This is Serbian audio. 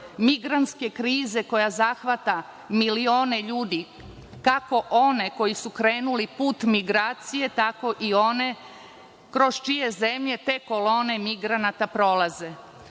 migrantske krize koja zahvata milione ljudi, kako one koji su krenuli put migracije, tako i one kroz čije zemlje te kolone migranata prolaze.